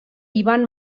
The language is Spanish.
iban